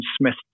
Smith